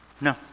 No